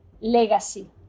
legacy